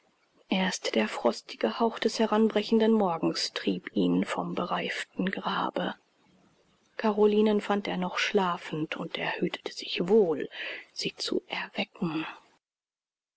erst der frostige hauch des heranbrechenden morgens trieb ihn vom bereiften grabe carolinen fand er noch schlafend und er hütete sich wohl sie zu erwecken